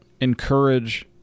encourage